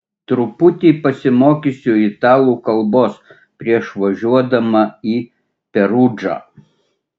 truputį pasimokysiu italų kalbos prieš važiuodama į perudžą